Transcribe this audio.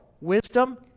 wisdom